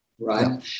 right